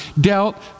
dealt